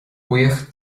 buíoch